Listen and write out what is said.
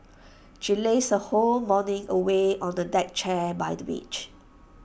she lazed her whole morning away on the deck chair by the beach